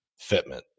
fitment